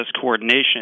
coordination